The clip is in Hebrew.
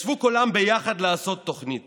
ישבו כולם ביחד לעשות תוכנית